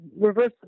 reverse